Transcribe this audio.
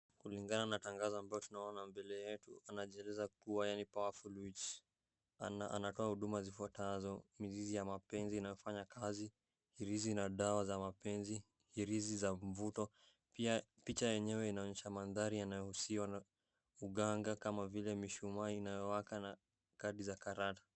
Kulingana na tangazo ambalo tunaona mbele yetu, anajuliza kuwa yeye ni powerful witch . Anatoa huduma zifuatazo, mizizi ya mapenzi inafanya kazi, irizi na dawa za mapenzi, irizi za mvuto, pia picha yenyewe inaonyesha mandhari yanayohusiwa na uganga kama vile mishumaa inayowaka na kadi za karata.